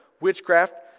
Witchcraft